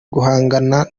guhangana